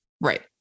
right